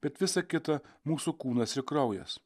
bet visa kita mūsų kūnas ir kraujas